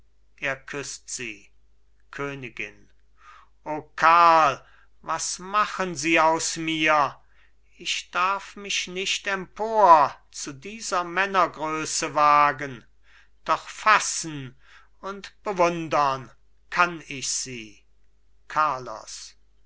er küßt sie königin o karl was machen sie aus mir ich darf mich nicht empor zu dieser männergröße wagen doch fassen und bewundern kann ich sie carlos